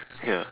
ya